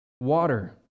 water